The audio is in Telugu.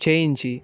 చేయించి